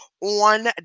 on